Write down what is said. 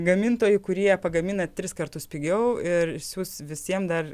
gamintojai kurie pagamina tris kartus pigiau ir išsiųs visiem dar